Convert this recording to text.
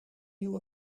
nieuw